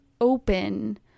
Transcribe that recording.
open